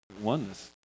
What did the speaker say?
oneness